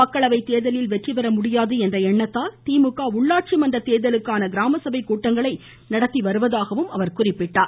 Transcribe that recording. மக்களவைத் தேர்தலில் வெற்றி பெற முடியாது என்ற எண்ணத்தால் திமுக உள்ளாட்சி மன்ற தேர்தலுக்கான கிராம சபைக் கூட்டங்களை நடத்தி வருவதாக குறை கூறியிருக்கிறார்